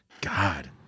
God